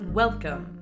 welcome